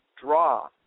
draw